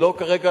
ולא כרגע,